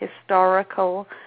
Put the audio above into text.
historical